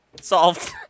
Solved